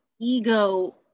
ego